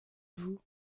vous